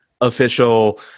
official